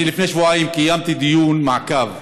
אני לפני שבועיים קיימתי דיון מעקב,